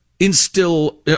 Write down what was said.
instill